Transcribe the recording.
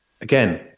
again